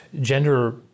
gender